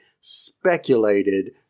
speculated